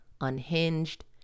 unhinged